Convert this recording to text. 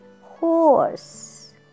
Horse